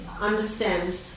understand